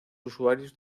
usuarios